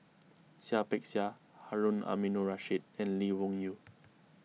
Seah Peck Seah Harun Aminurrashid and Lee Wung Yew